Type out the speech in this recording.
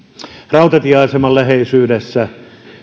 rautatieaseman läheisyydessä